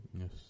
Yes